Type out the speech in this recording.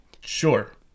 Sure